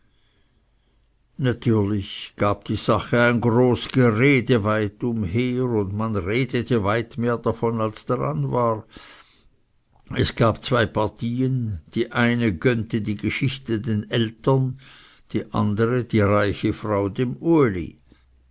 natürlich gab die sache ein groß gerede weitumher und man redete weit mehr davon als daran war es gab zwei partien die eine gönnte die geschichte den eltern die andere die reiche frau dem uli